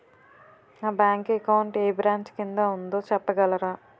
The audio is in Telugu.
నా బ్యాంక్ అకౌంట్ ఏ బ్రంచ్ కిందా ఉందో చెప్పగలరా?